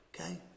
okay